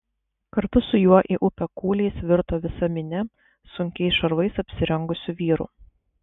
kartu su juo į upę kūliais virto visa minia sunkiais šarvais apsirengusių vyrų